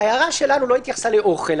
ההערה שלנו לא התייחסה לאוכל.